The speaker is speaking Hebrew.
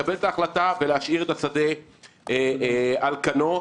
לקבל את ההחלטה ולהשאיר את השדה על כנו,